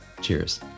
Cheers